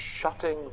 shutting